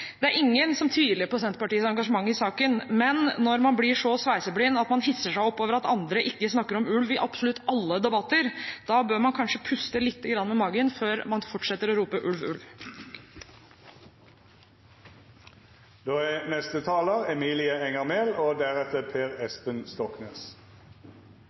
Ingen tviler på Senterpartiets engasjement i saken, men når man blir så sveiseblind at man hisser seg opp over at andre ikke snakker om ulv i absolutt alle debatter, da bør man kanskje puste litt med magen før man fortsetter å rope ulv, ulv. I arbeidet for omstilling til et grønt, fornybart og